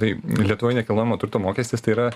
tai lietuvoj nekilnojamo turto mokestis tai yra